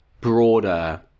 broader